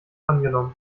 angenommen